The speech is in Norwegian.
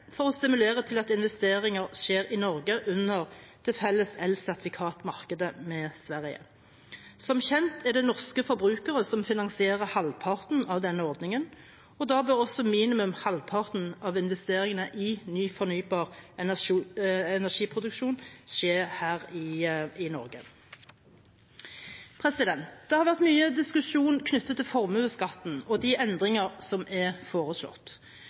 for å stimulere til at investeringer skjer i Norge under det felles elsertifikatmarkedet med Sverige. Som kjent er det norske forbrukere som finansierer halvparten av denne ordningen, og da bør også minimum halvparten av investeringene i ny fornybar energiproduksjon skje her i Norge. Det har vært mye diskusjon knyttet til formuesskatten og de endringer som er foreslått.